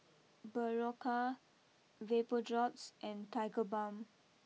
Berocca Vapodrops and Tiger Balm